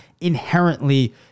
inherently